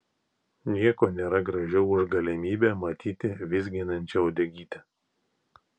nieko nėra gražiau už galimybę matyti vizginančią uodegytę